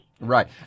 Right